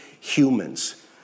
humans